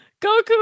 Goku